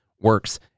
works